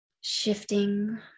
shifting